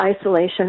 isolation